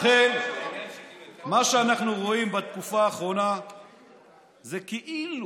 ולכן, מה שאנחנו רואים בתקופה האחרונה זה כאילו